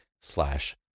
slash